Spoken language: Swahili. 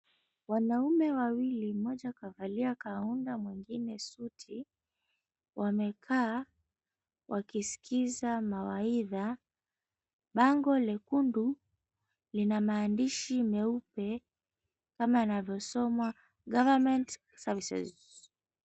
Wanaume wawili mmoja kavalia kauni na mwingine suti, wamekaa wakiskiza mawaidha. Bango lekundu lina maandishi meupe, kama yanavyosoma, "Government Services" .